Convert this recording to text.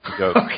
Okay